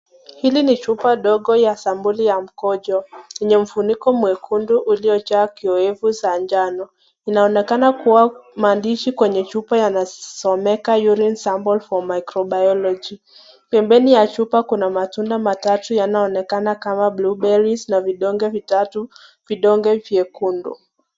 Hili ni chupa dogo ya sampuli ya mkojo yenye mfuniko mwekundu uliojaa kiowevu za njano inaonekana kuwa maandishi kwenye chupa yanasomeka urine sample for microbiology . Pembeni ya chupa kuna matunda matatu yanayoonekana kama blueberries na vidonge vitatu, vidonge vyekundu.